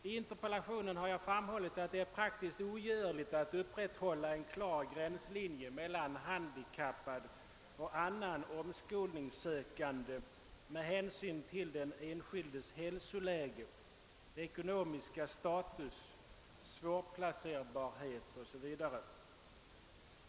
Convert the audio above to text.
I interpellationen har jag framhållit att det är praktiskt ogörligt att upprätthålla en klar gränslinje mellan en handikappad och en annan omskolningssökande med hänsyn till den enskildes hälsoläge, ekonomiska status, svårplacerbarhet o. s. v.